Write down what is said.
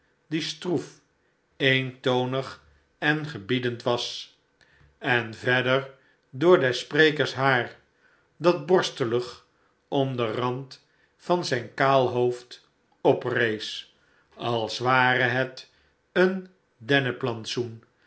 die stroef eentonig en gebiedend was en verder door des sprekers haar dat borstelig om den rand van zijn kaal hoofd oprees als ware het een